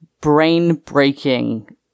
brain-breaking